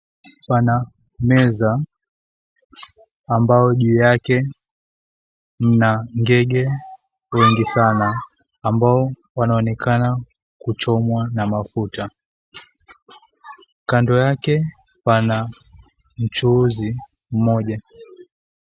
pana meza ambayo juu yake pana ngege wengi sana ambao wanaonekana kuchomwa na mafuta kando yake kuna mchuhuzi mmoja.